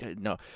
no